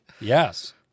Yes